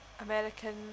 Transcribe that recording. american